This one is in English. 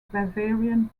bavarian